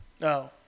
No